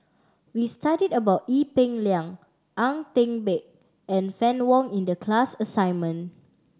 we studied about Ee Peng Liang Ang Teck Bee and Fann Wong in the class assignment